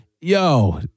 Yo